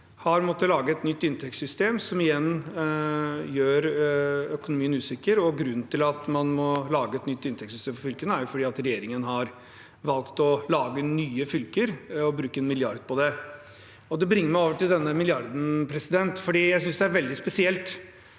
har måttet lage et nytt inntektssystem, som igjen gjør økonomien usikker. Grun nen til at man må lage et nytt inntektssystem for fylkene, er at regjeringen har valgt å lage nye fylker og å bruke én milliard på det. Det bringer meg til denne milliarden: Jeg synes det er veldig spesielt